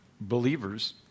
believers